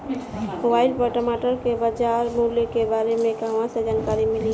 Mobile पर टमाटर के बजार मूल्य के बारे मे कहवा से जानकारी मिली?